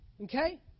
Okay